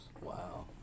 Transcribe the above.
wow